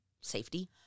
safety